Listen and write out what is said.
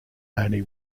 only